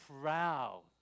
proud